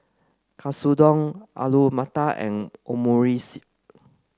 Katsudon Alu Matar and Omurice